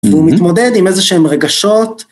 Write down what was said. והוא מתמודד עם איזשהם רגשות.